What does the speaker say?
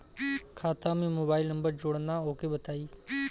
खाता में mobile number जोड़ना ओके बताई?